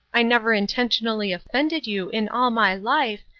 i never intentionally offended you in all my life,